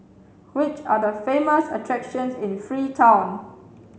which are the famous attractions in Freetown